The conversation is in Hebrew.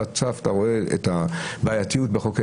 אתה רואה את הבעייתיות בחוק העזר,